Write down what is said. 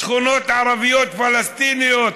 שכונות ערביות פלסטיניות,